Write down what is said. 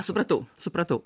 supratau supratau